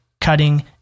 cutting